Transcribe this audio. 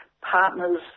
partners